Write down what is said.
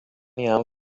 jam